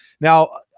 Now